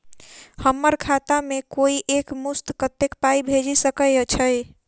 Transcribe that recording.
हम्मर खाता मे कोइ एक मुस्त कत्तेक पाई भेजि सकय छई?